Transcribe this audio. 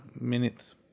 minutes